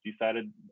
decided